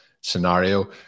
scenario